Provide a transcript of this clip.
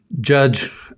Judge